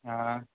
हँ